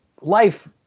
life